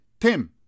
Tim